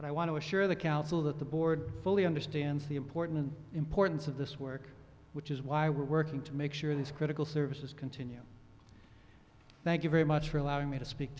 but i want to assure the council that the board fully understands the importance importance of this work which is why we're working to make sure these critical services continue thank you very much for allowing me to speak